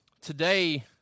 Today